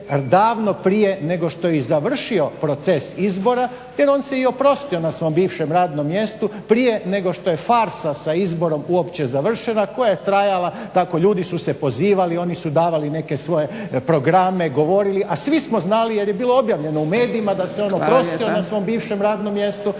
davno prije nego što je i završio proces izbora jer on se i oprostio na svom bivšem radnom mjestu prije nego što je farsa sa izborom uopće završila, koja je trajala. Ljudi su se pozivali, oni su davali neke svoje programe, govorili, a svi smo znali jer je bilo objavljeno u medijima da se on oprostio na svom bivšem radnom mjestu